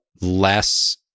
less